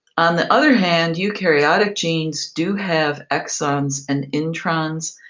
on the other hand, eukaryotic genes do have exons and introns,